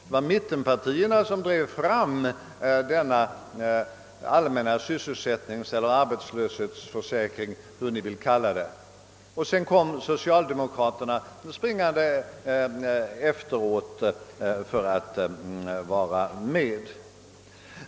Det var mittenpartierna som drev fram den allmänna sysselsättningseller arbetslöshetsförsäkringen — hur man nu vill benämna den — och sedan kom socialdemokraterna springande efter för att vara med.